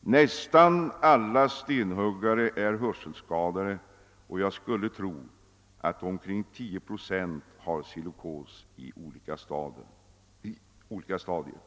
Nästan alla stenhuggare är hörselskadade och jag skulle tro att omkring tio procent har silikos i olika stadier.